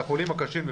שהם במקומות אחרים.